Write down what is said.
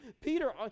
Peter